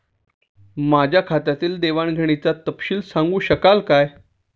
माझ्या खात्यातील देवाणघेवाणीचा तपशील सांगू शकाल काय?